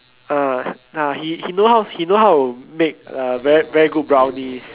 uh ah he know he know how to make uh very very good brownies